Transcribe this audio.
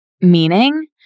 meaning